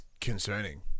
concerning